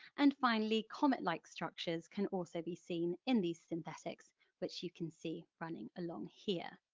and finally, comet-like structures can also be seen in these synthetics which you can see running along here.